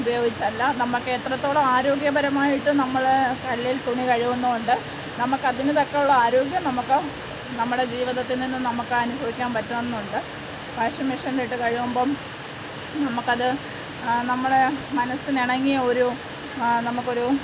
ഉപയോഗിച്ചല്ല നമുക്ക് എത്രത്തോളം ആരോഗ്യപരമായിട്ട് നമ്മൾ കല്ലിൽ തുണി കഴുകുന്നതുകൊണ്ട് നമുക്ക് അതിന് തക്കതുള്ള ആരോഗ്യം നമുക്ക് നമ്മുടെ ജീവിതത്തിൽ നിന്നും നമുക്ക് അനുഭവിക്കാൻ പറ്റുന്നുണ്ട് വാഷിംഗ് മെഷീനിലിട്ട് കഴുകുമ്പം നമുക്ക് അത് നമ്മുടെ മനസ്സിനിണങ്ങിയ ഒരു നമുക്കൊരു